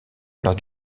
lors